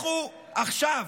לכו עכשיו.